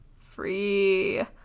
free